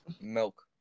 Milk